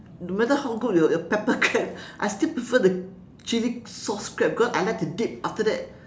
no matter how good your your pepper crab I still prefer the chili sauce crab because I like to dip after that